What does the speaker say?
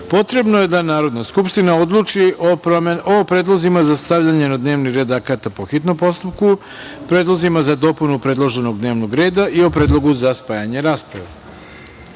potrebno je da Narodna skupština odluči o predlozima za stavljanje na dnevni red akata po hitnom postupku, predlozima za dopunu predloženog dnevnog reda i o predlogu za spajanje rasprave. Odbor